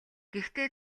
гэхдээ